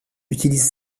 utilise